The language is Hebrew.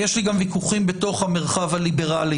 יש לי ויכוחים בתוך המרחב הליברלי